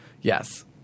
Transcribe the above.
Yes